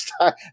time